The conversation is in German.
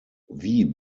wie